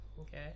Okay